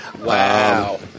Wow